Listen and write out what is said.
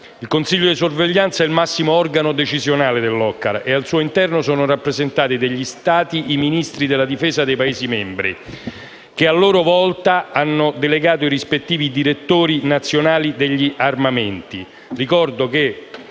Il Consiglio di sorveglianza è il massimo organo decisionale dell'OCCAR e al suo interno sono rappresentanti degli Stati i Ministri della difesa dei Paesi membri che, a loro volta, hanno delegato i rispettivi direttori nazionali degli armamenti.